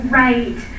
right